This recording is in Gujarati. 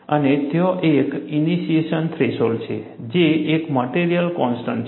અને ત્યાં એક ઇનિશિએશન થ્રેશોલ્ડ છે જે એક મટેરીઅલ કોન્સ્ટન્ટ છે